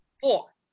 Four